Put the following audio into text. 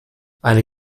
eine